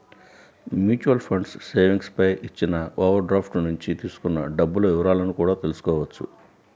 mutual funds savings పై ఇచ్చిన overdraft నుంచి తీసుకున్న డబ్బుల వివరాలను కూడా తెల్సుకోవచ్చు